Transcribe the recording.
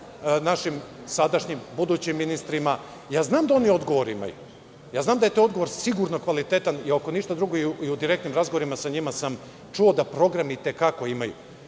našim sadašnjim, budućim ministrima. Znam da oni odgovor imaju. Znam da je to odgovor sigurno kvalitetan i ako ništa drugo i u direktnim razgovorima sa njima sam čuo da program i te kako imaju.